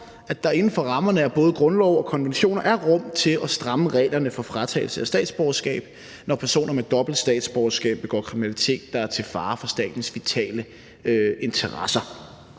at der inden for rammerne af både grundlov og konventioner er rum til at stramme reglerne for fratagelse af statsborgerskab, når personer med dobbelt statsborgerskab begår kriminalitet, der er til fare for statens vitale interesser.